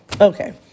Okay